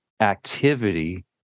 activity